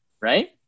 Right